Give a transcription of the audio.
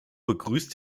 begrüßt